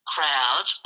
crowd